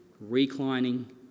reclining